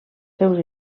seus